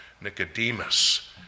Nicodemus